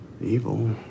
evil